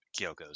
Kyokos